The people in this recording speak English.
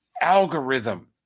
algorithm